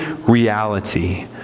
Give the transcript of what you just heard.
reality